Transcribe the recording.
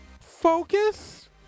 focus